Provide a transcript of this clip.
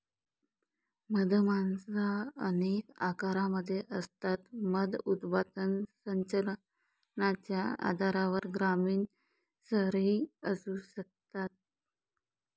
मधमाशा अनेक आकारांमध्ये असतात, मध उत्पादन संचलनाच्या आधारावर ग्रामीण, शहरी असू शकतात